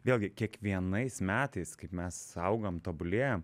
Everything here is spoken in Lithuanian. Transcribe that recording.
vėlgi kiekvienais metais kaip mes augam tobulėjam